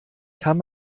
kann